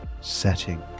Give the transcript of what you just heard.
setting